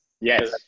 Yes